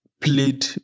played